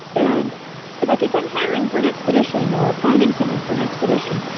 and like if i'm hiring for an expedition or finding someone for an expedition,